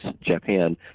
Japan